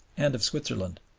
and of switzerland.